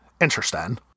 Interesting